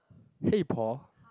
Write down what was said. hey Paul